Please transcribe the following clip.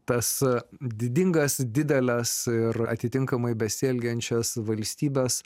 tas didingas dideles ir atitinkamai besielgiančias valstybes